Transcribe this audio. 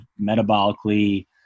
metabolically